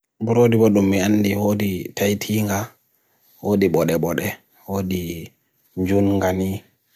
Ko hayreji jangoɓe ɗe, ɗo reewo e jokkereji. Ko kankiraaɓe, fiijooje ko woni fowru.